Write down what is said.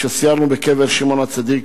כשסיירנו בקבר שמעון הצדיק,